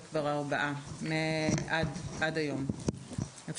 עד היום ארבעה ילדים.